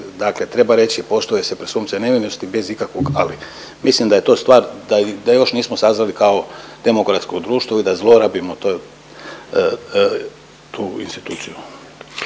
treba reći poštuje se presumpcija nevinosti bez ikakvog ali. Mislim da je to stvar, da još nismo sazreli kao demografsko društvo i da zlorabimo to tu instituciju.